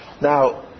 Now